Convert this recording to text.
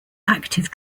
active